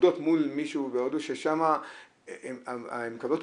בשכר שמתחיל ביום